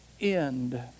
end